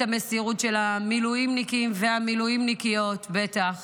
את המסירות של המילואימניקים והמילואימניקיות, בטח